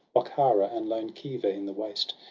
bokhara, and lone khiva in the waste,